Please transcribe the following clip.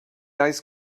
ice